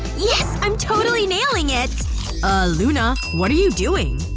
yes! i'm totally nailing it luna. what are you doing?